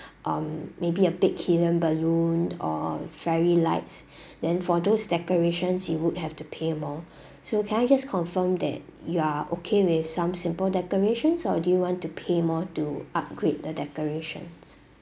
um maybe a big helium balloon or fairy lights then for those decorations you would have to pay more so can I just confirm that you are okay with some simple decorations or do you want to pay more to upgrade the decorations